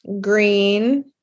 green